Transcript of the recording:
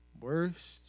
Worst